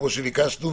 כמו שביקשנו,